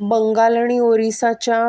बंगाल आणि ओरिसाच्या